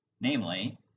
namely